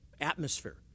atmosphere